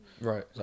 Right